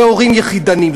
והורים יחידנים,